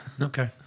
Okay